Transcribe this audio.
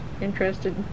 Interested